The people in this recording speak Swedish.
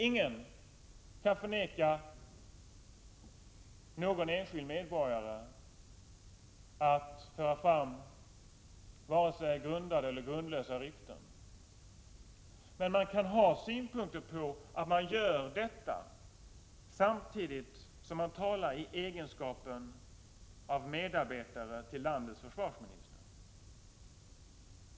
Ingen kan neka någon enskild medborgare att föra fram vare sig grundade eller grundlösa rykten. Men man kan ha synpunkter på att någon gör det då han talar i egenskap av medarbetare till landets försvarsminister.